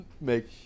make